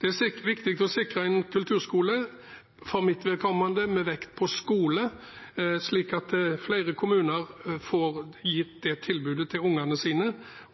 Det er viktig å sikre en kulturskole, for mitt vedkommende med vekt på «skole», slik at flere kommuner får gitt dette tilbudet til ungene sine,